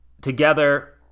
together